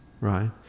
right